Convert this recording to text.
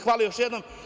Hvala još jednom.